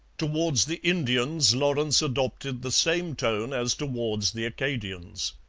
towards the indians lawrence adopted the same tone as towards the acadians.